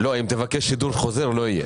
אם תבקש שידור חוזר לא יהיה.